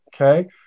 Okay